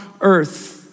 earth